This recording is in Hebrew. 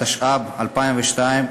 התשס"ב 2002,